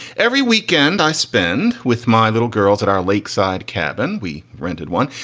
every weekend i spend with my little girls at our lakeside cabin, we rented one.